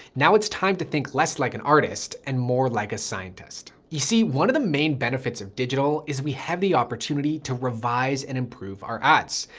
now it's time to think less like an artist and more like a scientist. you see one of the main benefits of digital, is we have the opportunity to revise and improve our ads.